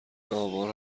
امار